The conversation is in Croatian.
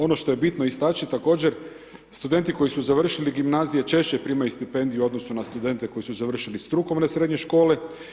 Ono što je bitno istaći također, studenti koji su završili gimnazije, češće primaju stipendiju u odnosu na studente koji su završili strukovne srednje škole.